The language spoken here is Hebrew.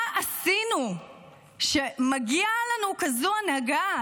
מה עשינו שמגיעה לנו כזאת הנהגה,